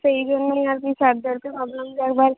সেই জন্যই আর কি স্যারদেরকে ভাবলাম যে একবার